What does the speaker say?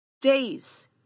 Days